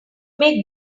make